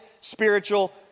spiritual